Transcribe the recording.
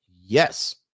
Yes